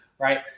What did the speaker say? Right